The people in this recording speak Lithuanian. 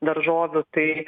daržovių tai